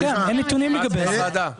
שזאת תהיה או של אנשי ציבור ולא ועדה בתוך האוצר,